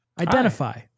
Identify